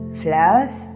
flowers